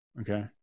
Okay